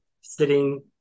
sitting